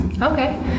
Okay